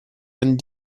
and